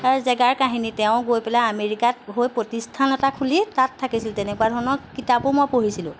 তেওঁৰ জেগাৰ কাহিনী তেওঁ গৈ পেলাই আমেৰিকাত হৈ প্ৰতিষ্ঠান এটা খুলি তাত থাকিছিল তেনেকুৱা ধৰণৰ কিতাপো মই পঢ়িছিলোঁ